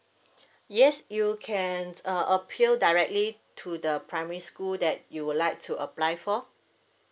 yes you can err appeal directly to the primary school that you would like to apply for